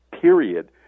period